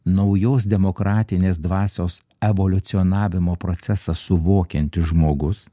naujos demokratinės dvasios evoliucionavimo procesą suvokiantis žmogus